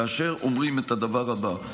כאשר אומרים את הדבר הבא: